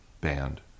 band